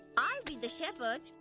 i'll be the shepherd.